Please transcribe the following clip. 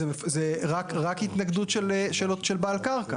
זה רק התנגדות של בעל הקרקע.